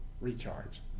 recharge